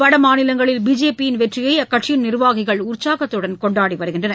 வடமாநிலங்களில் பிஜேபி யின் வெற்றியை அக்கட்சியின் நிர்வாகிகள் உற்சாகத்துடன் கொண்டாடி வருகின்றனர்